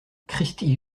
cristi